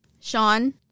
Sean